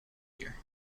year